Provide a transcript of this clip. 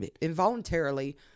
involuntarily